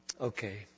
Okay